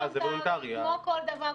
כמו כל דבר,